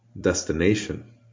destination